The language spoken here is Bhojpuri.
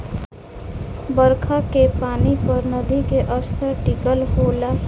बरखा के पानी पर नदी के स्तर टिकल होला